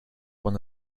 one